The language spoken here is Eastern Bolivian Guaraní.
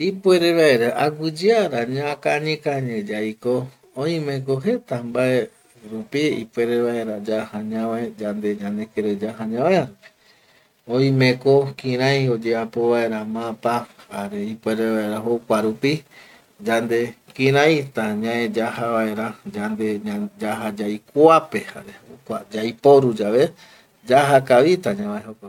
Ipuere vaera aguiyeara ñakañikañi yaiko oime ko jeta mbae rupi ipuere vaera yaja ñavae, yande ñanekirei yaja ñavaea rupi, oime ko kirai oyeapo vaera mapa jare ipuere vaera jokua rupi yande kiraita ñae yaja vaera yande yaja yaikoape jare jokua yaiporu yave, yaja kavita ñavae jokope